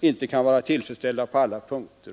inte kan vara tillfredsställda på alla punkter.